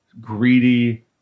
greedy